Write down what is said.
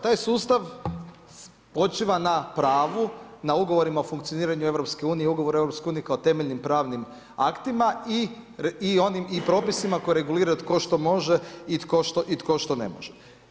Taj sustav počiva na pravu, na ugovorima o funkcioniranju EU i ugovora o EU kao temeljnim pravnim aktima i propisima koji reguliraju tko što može i tko što ne može.